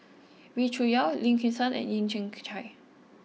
Wee Cho Yaw Lim Kim San and Yeo Kian Chai